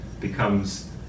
becomes